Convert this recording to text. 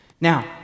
Now